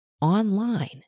online